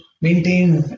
maintain